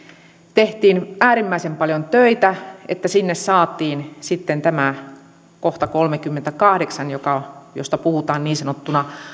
tehtiin äärimmäisen paljon töitä että sinne saatiin tämä kohta kolmekymmentäkahdeksan josta puhutaan niin sanottuna